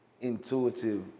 intuitive